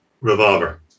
Revolver